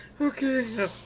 Okay